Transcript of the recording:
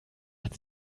hat